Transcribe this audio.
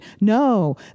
No